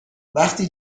وقتی